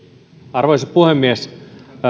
arvoisa puhemies